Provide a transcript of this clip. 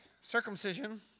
circumcision